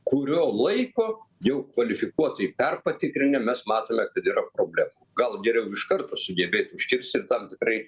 kurio laiko jau kvalifikuotai perpatikrinę mes matome kad yra problemų gal geriau iš karto sugebėti užkirsti tam tikrai